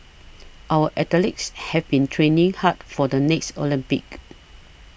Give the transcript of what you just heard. our athletes have been training hard for the next Olympics